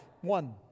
one